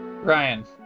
Ryan